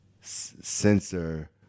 censor